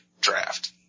draft